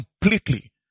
completely